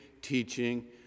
teaching